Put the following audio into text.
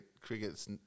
Cricket's